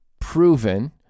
proven